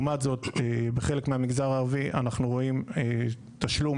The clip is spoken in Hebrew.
בחלק מהמגזר הערבי אנחנו רואים תשלום